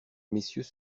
messieurs